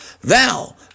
thou